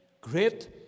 great